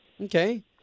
Okay